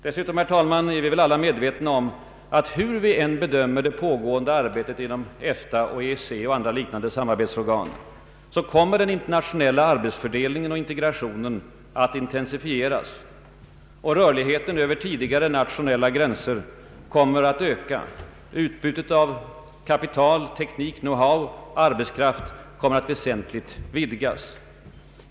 Vi är väl också, herr talman, alla medvetna om att, hur vi än bedömer det pågående arbetet inom EEC och EFTA och andra liknande samarbetsorgan, den internationella arbetsfördelningen och integrationen kommer att intensifieras och rörligheten över tidigare nationella gränser att öka och att utbytet av kapital, teknik, know how och arbetskraft att väsentligt vidgas.